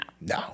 No